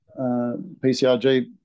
PCRG